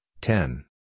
ten